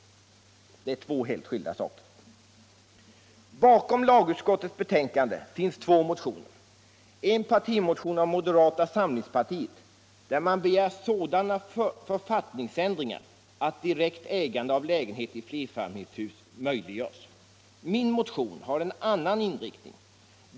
Det är två helt skilda saker. Bakom lagutskottets betänkande finns två motioner. Den ena är en partimotion av moderata samlingspartiet, där man begär sådana författningsändringar att direkt ägande av lägenhet i flerfamiljshus möjliggörs. Min motion har en annan inriktning.